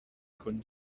con